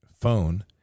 phone